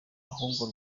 ahubwo